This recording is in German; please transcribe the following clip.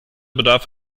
bedarf